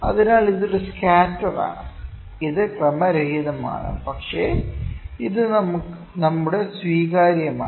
അതിനാൽ ഇത് ഒരു സ്കാറ്ററാണ് ഇത് ഒരു ക്രമരഹിതമാണ് പക്ഷേ ഇത് നമ്മുടെ സ്വീകാര്യമാണ്